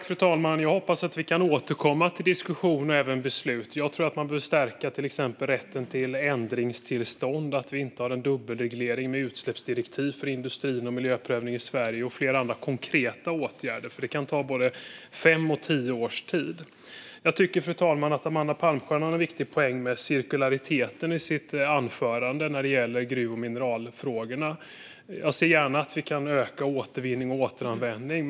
Fru talman! Jag hoppas att vi kan återkomma till diskussion och även beslut. Jag tror att man behöver stärka rätten till ändringstillstånd, se till att vi inte har en dubbelreglering med utsläppsdirektiv för industrin och miljöprövning i Sverige och vidta flera andra konkreta åtgärder, för det kan ta både fem och tio års tid. Jag tycker, fru talman, att Amanda Palmstierna hade en viktig poäng i sitt anförande med cirkulariteten när det gäller gruv och mineralfrågorna. Jag ser gärna att vi kan öka återvinning och återanvändning.